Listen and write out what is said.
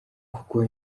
kuko